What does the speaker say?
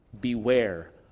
Beware